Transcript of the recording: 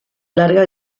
larga